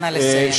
נא לסיים.